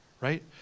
right